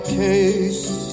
case